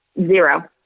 Zero